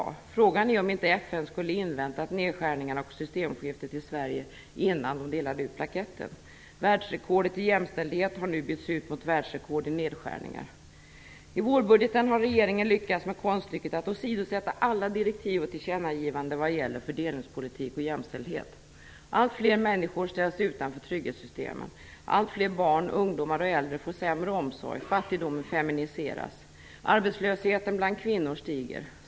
Frågan är om inte FN skulle ha inväntat nedskärningarna och systemskiftet i Sverige innan plaketten delades ut. Världsrekordet i jämställdhet har ju nu bytts ut mot ett världsrekord i nedskärningar. I vårbudgeten har regeringen lyckats med konststycket att åsidosätta alla direktiv och tillkännagivanden vad gäller fördelningspolitik och jämställdhet. Alltfler människor ställs utanför trygghetssystemen. Alltfler barn, ungdomar och äldre får en sämre omsorg. Fattigdomen feminiseras. Arbetslösheten bland kvinnor stiger.